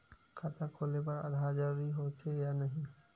खाता खोले बार आधार जरूरी हो थे या नहीं?